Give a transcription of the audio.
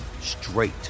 straight